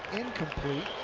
incomplete.